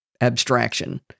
abstraction